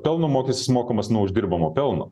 pelno mokestis mokamas nuo uždirbamo pelno